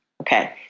Okay